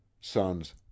sons